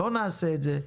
לא נעשה את זה,